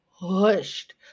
pushed